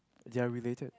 they're related